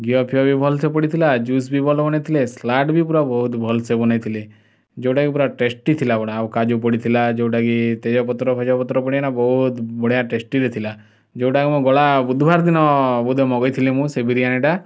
ଘିଅ ଫିଅ ବି ଭଲ ସେ ପଡ଼ିଥିଲା ଜୁସ୍ ବି ଭଲ ବନାଇଥିଲେ ସାଲାଡ଼ ବି ପୁରା ବହୁତ ଭଲ ସେ ବନାଇଥିଲେ ଯେଉଁଟା କି ପୁରା ଟେଷ୍ଟି ଥିଲା ପୁରା ଆଉ କାଜୁ ପଡ଼ିଥିଲା ଯେଉଁଟା କି ତେଜପତ୍ର ଫେଜପତ୍ର ପଡ଼ିକିନା ବହୁତ ବଢ଼ିଆ ଟେଷ୍ଟି ବି ଥିଲା ଯେଉଁଟା କି ମୁଁ ଗଲା ବୁଧୁବାର ଦିନ ବୋଧେ ମଗାଇଥିଲି ମୁଁ ସେ ବିରିୟାନୀଟା